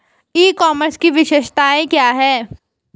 ई commerce की विशेषताएं क्या हैं?